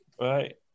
right